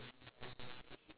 okay very good